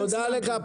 תודה רבה.